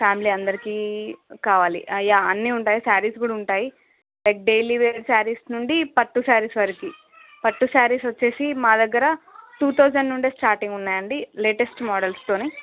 family అందరికీ కావాలి yeah అన్నీ ఉంటాయి సారీస్ కూడా ఉంటాయి లైక్ డైలీ వేర్ సారీస్ నుండి పట్టు సారీస్ వరకు పట్టు సారీస్ వచ్చిసి మా దగ్గర టూ థౌసండ్ నుండే స్టార్టింగ్ ఉన్నాయండి లేటెస్ట్ మోడల్స్తోని